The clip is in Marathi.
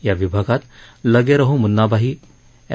या विभागात लगे रहो मुन्नाभाई एम